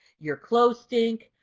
your clothes stink.